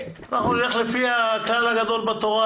אנחנו נלך לפי הכלל הגדול בתורה,